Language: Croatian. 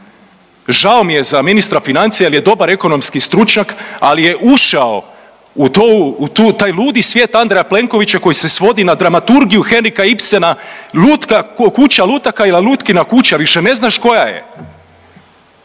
Žao mi je za ministra financija jel je dobar ekonomski stručnjak, ali je ušao u to u tu taj ludi svije Andreja Plenkovića koji se svodi na dramaturgiju Henrika Ibsena Kuća lutaka ili „Lutkina kuća“ više ne znaš koja je.